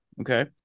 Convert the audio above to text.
Okay